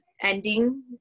ending